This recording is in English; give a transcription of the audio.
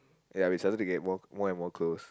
ya we started to get to get more and more close